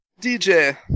DJ